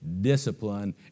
discipline